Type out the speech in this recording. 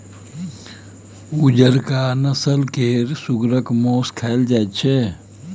उजरका नस्ल केर सुगरक मासु खाएल जाइत छै